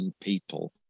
people